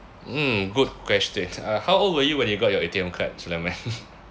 mm good question uh how old were you when you got your A_T_M card sulaiman